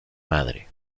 madre